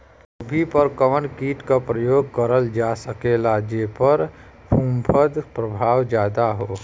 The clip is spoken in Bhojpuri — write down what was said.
गोभी पर कवन कीट क प्रयोग करल जा सकेला जेपर फूंफद प्रभाव ज्यादा हो?